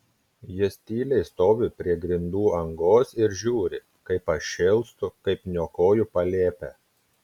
jis tyliai stovi prie grindų angos ir žiūri kaip aš šėlstu kaip niokoju palėpę